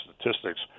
statistics